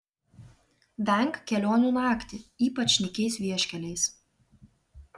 venk kelionių naktį ypač nykiais vieškeliais